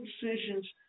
decisions